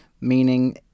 meaning